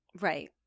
Right